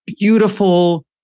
beautiful